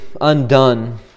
undone